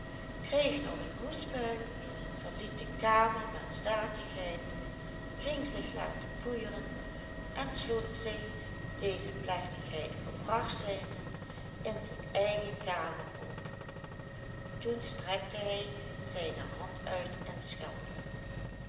kreeg nog een hoestbui verliet de kamer met statigheid ging zich laten poeieren en sloot zich deze plechtigheid volbracht zijnde in zijn eigen kamer op toen strekte hij zijne hand uit en schelde